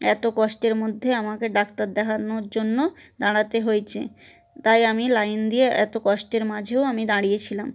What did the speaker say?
এতো কষ্টের মধ্যে আমাকে ডাক্তার দেখানোর জন্য দাঁড়াতে হয়েছে তাই আমি লাইন দিয়ে এতো কষ্টের মাঝেও আমি দাঁড়িয়েছিলাম